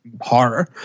horror